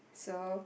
so